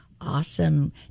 Awesome